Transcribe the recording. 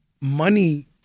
money